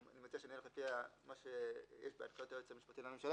אני מציע לפי מה שיש בהנחיית היועץ המשפטי לממשלה